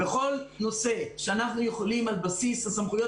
בכל נושא שאנחנו יכולים על בסיס הסמכויות